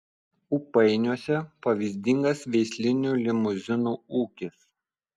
ūpainiuose pavyzdingas veislinių limuzinų ūkis